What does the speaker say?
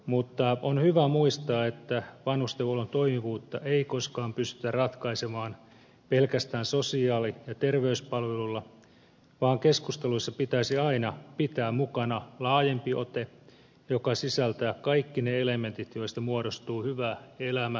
mutta on hyvä muistaa että vanhustenhuollon toimivuutta ei koskaan pystytä ratkaisemaan pelkästään sosiaali ja terveyspalveluilla vaan keskusteluissa pitäisi aina pitää mukana laajempi ote joka sisältää kaikki ne elementit joista muodostuu hyvä elämä